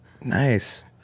Nice